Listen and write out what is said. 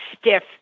stiff